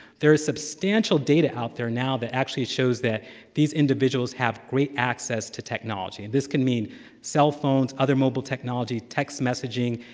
there is substantial data out there now that actually shows that these individuals have great access to technology, and this could mean cell phones, other mobile technology, text messaging,